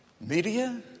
media